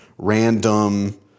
Random